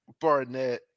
Barnett